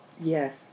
Yes